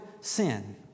sin